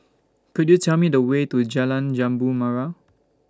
Could YOU Tell Me The Way to Jalan Jambu Mawar